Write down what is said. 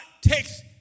takes